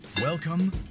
Welcome